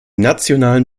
nationalen